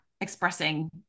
expressing